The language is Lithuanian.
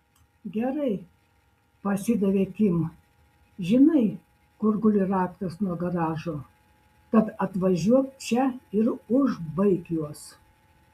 gerai pasidavė kim žinai kur guli raktas nuo garažo tad atvažiuok čia ir užbaik juos